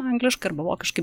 angliškai arba vokiškai